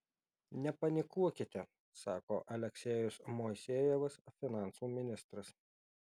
nepanikuokite sako aleksejus moisejevas finansų ministras